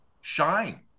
shine